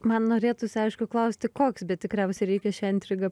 man norėtųsi aišku klausti koks bet tikriausiai reikia šią intrigą